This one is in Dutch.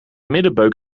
middenbeuk